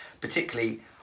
particularly